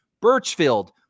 Birchfield